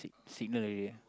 signal already eh